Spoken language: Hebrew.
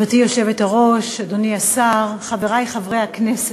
גברתי היושבת-ראש, אדוני השר, חברי חברי הכנסת,